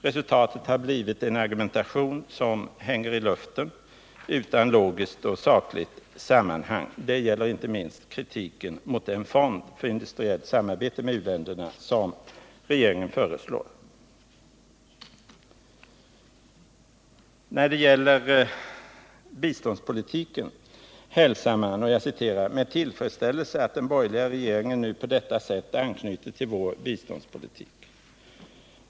Resultatet har blivit en argumentation som hänger i luften utan logiskt och sakligt sammanhang. Det gäller inte minst kritiken mot den fond för industriellt samarbete med u-länderna som regeringen föreslår. När det gäller biståndspolitiken hälsar man ”med tillfredsställelse att den borgerliga regeringen nu på detta sätt anknyter till vår biståndspolitik”.